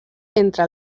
entre